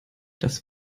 das